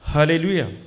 Hallelujah